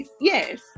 yes